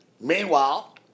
Meanwhile